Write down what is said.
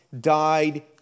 died